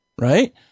right